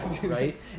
right